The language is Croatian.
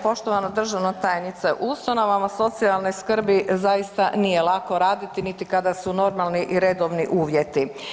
Poštovana državna tajnice, u ustanovama socijalne skrbi zaista nije lako raditi niti kada su normalni i redovni uvjeti.